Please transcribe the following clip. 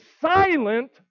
silent